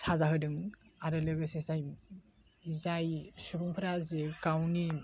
साजा होदों आरो लोगोसे जाय जाय सुबुंफोरा जे गावनि